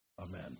Amen